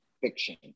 fiction